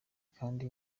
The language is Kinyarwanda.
kandi